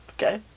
Okay